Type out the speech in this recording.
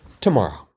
tomorrow